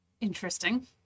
interesting